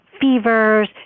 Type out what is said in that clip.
fevers